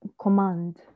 command